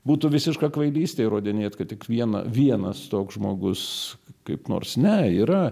būtų visiška kvailystė įrodinėt kad tik vieną vienas toks žmogus kaip nors ne yra